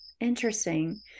Interesting